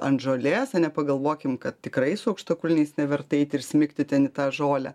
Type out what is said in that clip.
ant žolės ane pagalvokim kad tikrai su aukštakulniais neverta eiti ir smigti ten į tą žolę